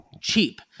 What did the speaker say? cheap